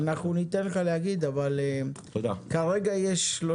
אנחנו ניתן לך לומר אבל כרגע מתוך 100 יש